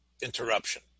interruption